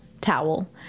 towel